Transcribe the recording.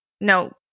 no